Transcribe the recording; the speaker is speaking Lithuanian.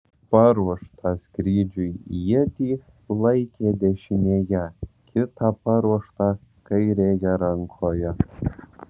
paruoštą skrydžiui ietį laikė dešinėje kitą paruoštą kairėje rankoje